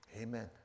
Amen